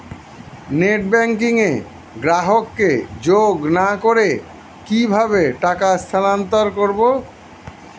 Net banking এ গ্রাহককে যোগ না করে কিভাবে টাকা স্থানান্তর করব?